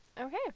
Okay